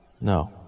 No